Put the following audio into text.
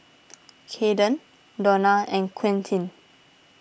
Cayden Dona and Quintin